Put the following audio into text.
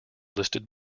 listed